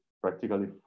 practically